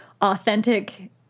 authentic